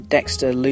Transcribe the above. Dexter